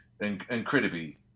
incredibly